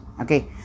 okay